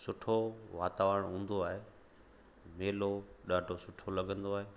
सुठो वातावरण हूंदो आहे मेलो ॾाढो सुठो लॻंदो आहे